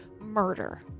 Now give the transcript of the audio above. murder